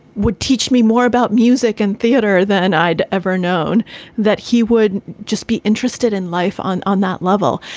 would teach me more about music and theater than i'd ever known that he would just be interested in life on on that level.